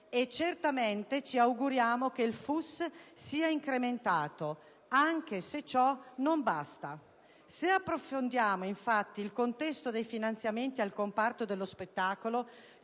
E certamente ci auguriamo che il FUS venga incrementato, anche se ciò non basta. Se approfondiamo infatti il contesto dei finanziamenti al comparto dello spettacolo,